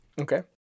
Okay